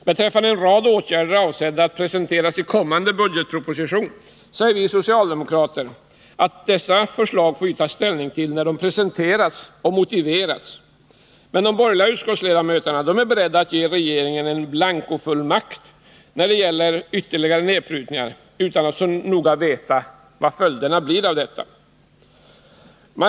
Beträffande en rad åtgärder som är avsedda att presenteras i kommande budgetproposition säger vi socialdemokrater att vi får ta ställning till dessa när de presenterats och motiverats, men de borgerliga utskottsledamöterna är beredda att ge regeringen en in blanko-fullmakt när det gäller ytterligare nedprutningar, utan att så noga veta vad följderna av detta blir.